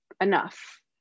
enough